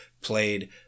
played